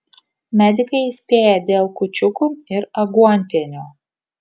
medikai įspėja dėl kūčiukų ir aguonpienio